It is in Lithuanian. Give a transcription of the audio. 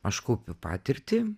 aš kaupiu patirtį